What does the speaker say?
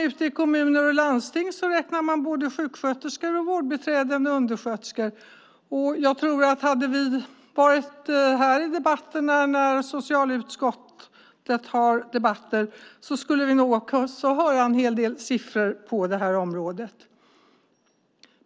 Ute i kommuner och landsting räknar man både sjuksköterskor, vårdbiträden och undersköterskor, och jag tror att vi om vi var här när socialutskottet har debatter nog skulle få höra en hel del siffror på detta område.